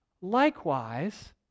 Likewise